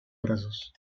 brazos